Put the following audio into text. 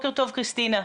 בוקר טוב, כריסטינה.